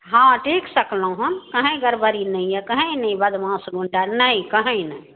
हँ देख सकलहुॅं हन कहि गडबड़ी नहि अछि कहि नहि बदमास गुण्डा नहि कहि नहि